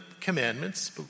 commandments